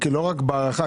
לא רק בהארכה,